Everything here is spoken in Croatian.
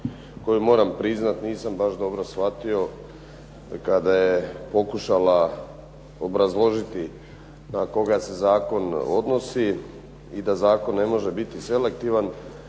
koju moram priznati nisam baš dobro shvatio kada je pokušala obrazložiti na koga se zakon odnosi i da zakon ne može biti selektivan.